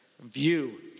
view